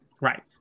right